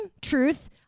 truth